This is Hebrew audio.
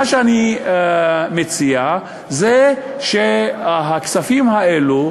מה שאני מציע זה שהכספים האלה,